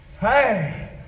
Hey